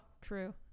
true